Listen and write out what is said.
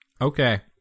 Okay